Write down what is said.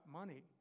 money